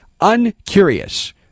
uncurious